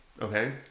Okay